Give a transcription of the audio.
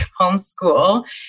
homeschool